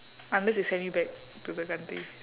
unless they send you back to the country